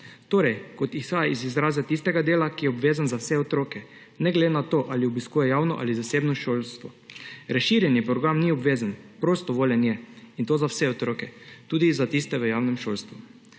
Torej, kot izhaja iz izraza tistega dela, ki je obvezen za vse otroke, ne glede na to, ali obiskujejo javno ali zasebno šolstvo. Razširjeni program ni obvezen, prostovoljen je, in to za vse otroke, tudi za tiste v javnem šolstvu.